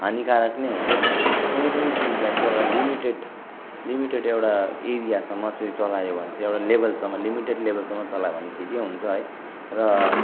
हानिकारक नै हुन्छ क्या कुनै पनि चिजलाई चैँ एउटा लिमिटेड लिमिटेड एउटा एरियासम्म चाहिँ चलायो भने चाहिँ एउटा लेभलसम्म लिमिटेड लेभलसम्म चलायो भने ठिकै हुन्छ है र